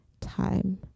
time